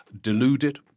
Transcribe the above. Deluded